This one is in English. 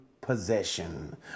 possession